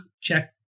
Check